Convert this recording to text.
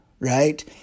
Right